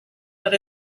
but